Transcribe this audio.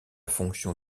fonction